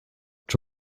czy